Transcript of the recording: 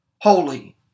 holy